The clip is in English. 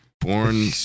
Born